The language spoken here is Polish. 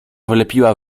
wlepiła